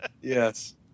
Yes